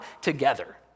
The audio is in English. together